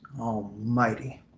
almighty